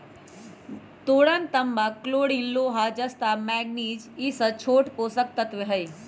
boron तांबा chlorine लोहा जस्ता मैग्निज ई स छोट पोषक तत्त्व हई